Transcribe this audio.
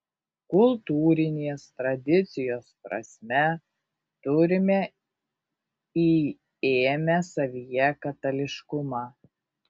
kultūrinės tradicijos prasme turime įėmę savyje katalikiškumą